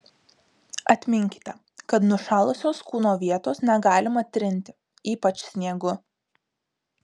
atminkite kad nušalusios kūno vietos negalima trinti ypač sniegu